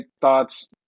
thoughts